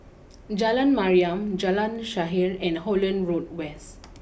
Jalan Mariam Jalan Shaer and Holland Road West